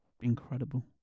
incredible